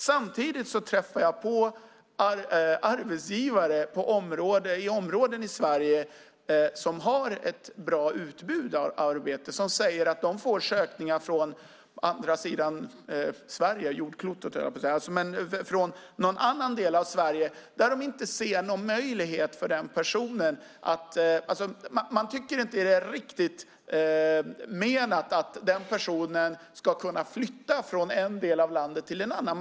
Samtidigt träffar jag på arbetsgivare i områden i Sverige som har ett bra utbud av arbete och som säger att man får ansökningar från en annan del av Sverige men inte ser någon möjlighet. Man tycker inte att det är menat att personen ska flytta från en del av landet till en annan.